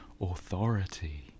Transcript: authority